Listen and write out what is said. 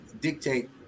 dictate